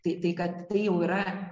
tai tai kad tai jau yra